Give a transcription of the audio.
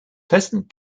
pleasant